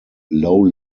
low